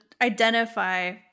identify